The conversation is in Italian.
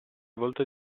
volto